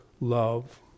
love